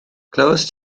glywaist